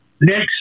Next